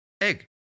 egg